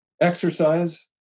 exercise